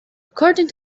according